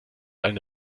eine